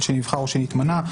על שנבחר או שנתמנה.